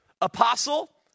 apostle